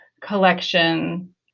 collection